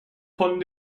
von